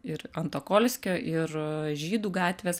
ir antokolskio ir žydų gatvės